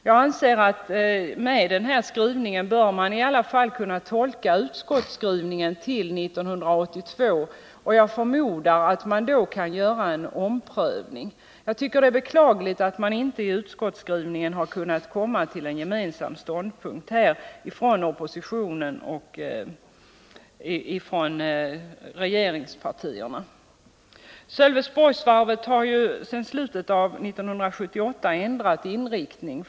Jag tolkar utskottets skrivning så att tiden kan utsträckas till 1982, och jag förmodar att man då kan göra en omprövning. Jag tycker att det är beklagligt att inte regeringspartierna och oppositionen har kunnat komma till en gemensam ståndpunkt här. Sölvesborgsvarvet har sedan slutet av 1978 ändrat inriktning.